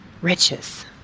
riches